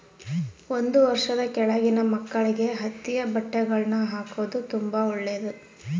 ಒಂದು ವರ್ಷದ ಕೆಳಗಿನ ಮಕ್ಕಳಿಗೆ ಹತ್ತಿಯ ಬಟ್ಟೆಗಳ್ನ ಹಾಕೊದು ತುಂಬಾ ಒಳ್ಳೆದು